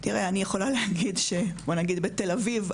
בתל אביב,